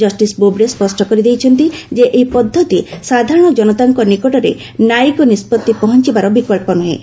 justice Bobde ସ୍ୱଷ୍ଟ କରିଦେଇଛନ୍ତି ଯେ ଏହି ପଦ୍ଧତି ସାଧାରଣ ଜନତାଙ୍କ ନିକଟରେ ନ୍ୟାୟିକ ନିଷ୍ପଭି ପହଞ୍ଚବାର ବିକଳ୍ପ ନୁହେଁ